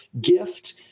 gift